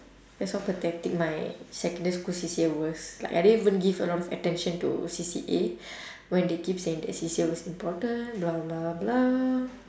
that's how pathetic my secondary school C_C_A was like I didn't even give a lot of attention to C_C_A when they keep saying that C_C_A was important blah blah blah